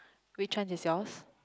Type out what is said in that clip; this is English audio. which one is yours